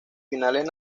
finales